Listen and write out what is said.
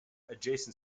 adjacent